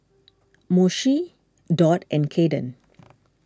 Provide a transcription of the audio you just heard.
Moshe Dot and Caiden